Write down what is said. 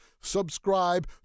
subscribe